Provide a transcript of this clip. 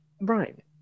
Right